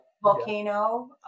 Volcano